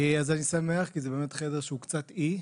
אני שמח, כי זה באמת חדר שהוא קצת אי: